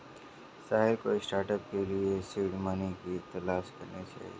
साहिल को स्टार्टअप के लिए सीड मनी की तलाश करनी चाहिए